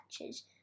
matches